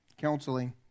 Counseling